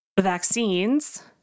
vaccines